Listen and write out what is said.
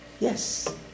Yes